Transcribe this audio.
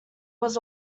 was